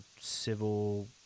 civil